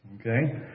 Okay